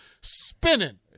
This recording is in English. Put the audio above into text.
spinning